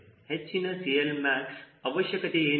ಹೆಚ್ಚಿನ CLmax ಅವಶ್ಯಕತೆಯೇನು